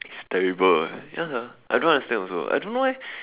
it's terrible eh ya sia I don't understand also I don't know eh